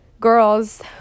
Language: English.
girls